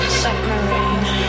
submarine